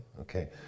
Okay